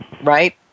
right